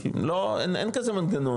אין כזה מנגנון,